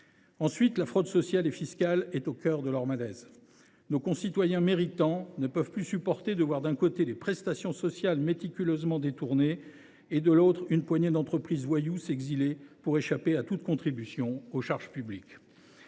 la fraude sociale et fiscale est au cœur de leur malaise. Nos concitoyens méritants ne supportent plus de voir, d’un côté, des prestations sociales méticuleusement détournées et, de l’autre, une poignée d’entreprises voyous s’exiler pour échapper à toute contribution aux charges publiques